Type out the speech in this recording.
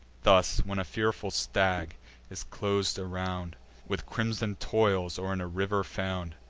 thus, when a fearful stag is clos'd around with crimson toils, or in a river found,